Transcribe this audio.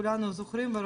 כולנו זוכרים.